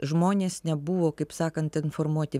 žmonės nebuvo kaip sakant informuoti